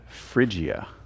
Phrygia